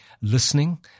listening